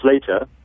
later